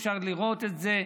אפשר לראות את זה,